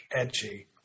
edgy